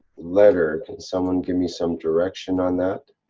letter. can someone give me some direction on that?